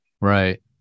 Right